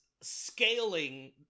scaling